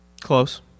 Close